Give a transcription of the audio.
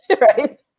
right